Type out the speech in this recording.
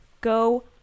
Go